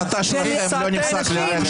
מסע ההסתה שלכם לא נפסק לרגע.